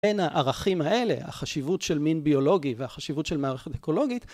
בין הערכים האלה, החשיבות של מין ביולוגי והחשיבות של מערכת אקולוגית,